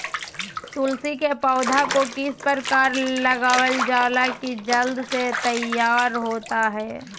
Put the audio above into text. तुलसी के पौधा को किस प्रकार लगालजाला की जल्द से तैयार होता है?